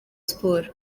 sports